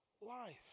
life